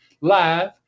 live